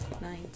nine